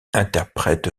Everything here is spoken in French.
interprète